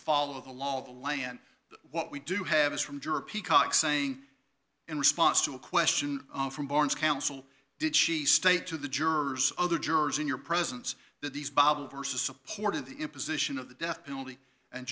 follow the law of the land what we do have is from dura peacock saying in response to a question from barnes counsel did she state to the jurors other jurors in your presence that these bible verses supported the imposition of the death penalty and